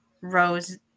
rose